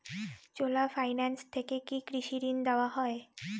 চোলা finance থেকে কি কৃষি ঋণ দেওয়া হয়?